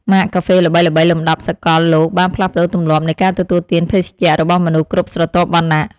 ម៉ាកកាហ្វេល្បីៗលំដាប់សកលលោកបានផ្លាស់ប្តូរទម្លាប់នៃការទទួលទានភេសជ្ជៈរបស់មនុស្សគ្រប់ស្រទាប់វណ្ណៈ។